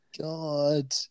God